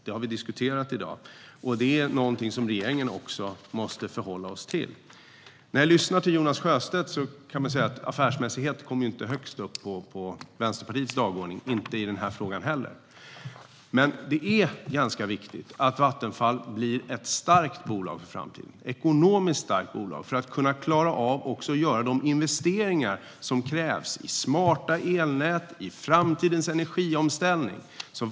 Det har vi diskuterat i dag, och det måste regeringen förhålla sig till. När jag hör Jonas Sjöstedt blir det uppenbart att affärsmässighet inte kommer högst upp på Vänsterpartiets dagordning i denna fråga heller. Men det är viktigt att Vattenfall blir ett ekonomiskt starkt bolag för att klara av att göra de investeringar som krävs i smarta elnät och i framtidens energiomställning.